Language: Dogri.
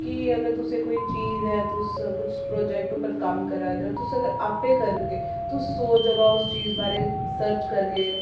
किअगर तुसें कोई चीज ऐ तुस कुश परोजैक्ट पर कम्म करा देओ तुस अगर आपे करगे तुस सौ जगह् उस चीज बारै सर्च करगे